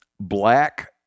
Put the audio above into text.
black